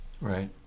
Right